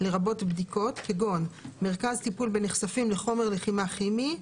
לרבות בדיקות כגון: טיפול בנחשפים לחומר לחימה כימי,